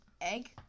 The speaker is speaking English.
egg